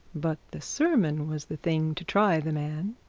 but the sermon was the thing to try the man.